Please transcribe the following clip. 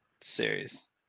Serious